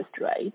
right